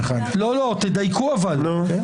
נפל.